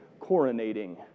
coronating